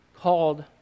called